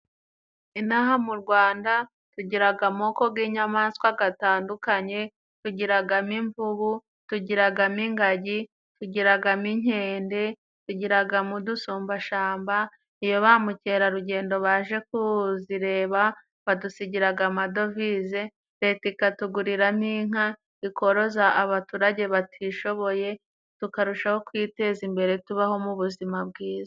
Inaha mu Rwanda tugiraga amoko g'inyamaswa gatandukanye tugiragamo imvubu, tugiragamo ingagi, tugiragamo inkende, tugiragamo dusumbashamba. Iyo ba mukerarugendo baje kuzireba badusigiraga amadovize Leta ikatuguriramo inka ikoroza abaturage batishoboye tukarushaho kwiteza imbere tubaho mu buzima bwiza.